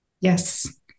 Yes